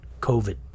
COVID